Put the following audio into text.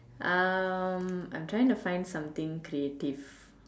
um I'm trying to find something creative